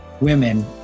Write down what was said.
women